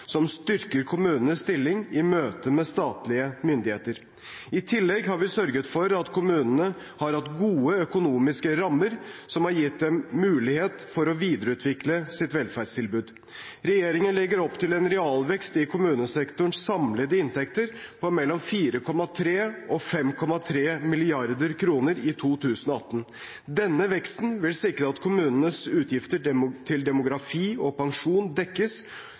som styrker kommunenes stilling i møte med statlige myndigheter. I tillegg har vi sørget for at kommunene har hatt gode økonomiske rammer, som har gitt dem mulighet for å videreutvikle sitt velferdstilbud. Regjeringen legger opp til en realvekst i kommunesektorens samlede inntekter på mellom 4,3 mrd. og 5,3 mrd. kr i 2018. Denne veksten vil sikre at kommunenes utgifter til demografi og pensjon dekkes,